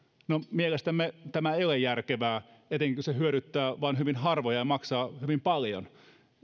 mielestämme tämä ei ole järkevää etenkin kun se hyödyttää vain hyvin harvoja ja maksaa hyvin paljon